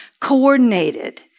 coordinated